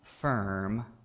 firm